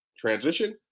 Transition